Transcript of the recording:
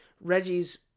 Reggie's